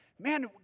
man